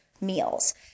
meals